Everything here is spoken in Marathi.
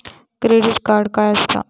क्रेडिट कार्ड काय असता?